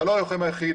אתה לא הלוחם היחידי.